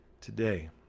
today